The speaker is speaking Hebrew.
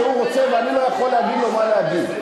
רוצה ואני לא יכול להגיד לו מה להגיד.